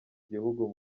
gihugu